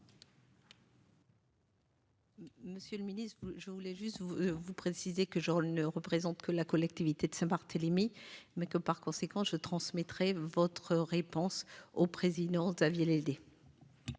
Monsieur le Ministre, je voulais juste vous vous préciser que Jean ne représente que la collectivité de Saint-Barthélemy météo. Par conséquent je transmettrai votre réponse au président à vie